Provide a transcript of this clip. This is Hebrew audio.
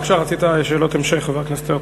בבקשה, רצית שאלות המשך, חבר הכנסת הרצוג.